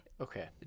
Okay